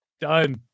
Done